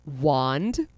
wand